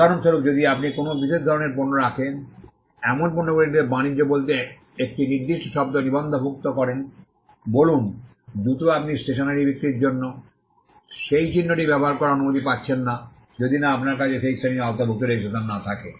উদাহরণস্বরূপ যদি আপনি কোনও বিশেষ ধরণের পণ্য রাখে এমন পণ্যগুলিতে বাণিজ্য বলতে একটি নির্দিষ্ট শব্দ নিবন্ধভুক্ত করেন বলুন জুতো আপনি স্টেশনারী বিক্রির জন্য সেই চিহ্নটি ব্যবহার করার অনুমতি পাচ্ছেন না যদি না আপনার কাছে সেই শ্রেণীর আওতাভুক্ত রেজিস্ট্রেশন না থাকে